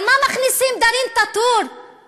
על מה מכניסים את דארין טאטור לבית-הכלא?